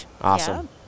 Awesome